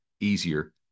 easier